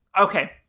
Okay